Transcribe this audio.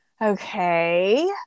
okay